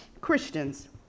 Christians